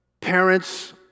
parents